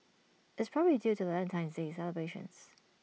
it's probably due to Valentine's day celebrations